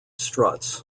struts